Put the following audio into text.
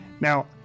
now